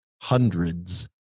hundreds